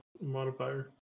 modifier